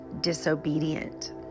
disobedient